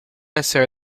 essere